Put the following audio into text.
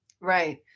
Right